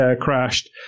crashed